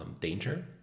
danger